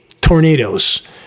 tornadoes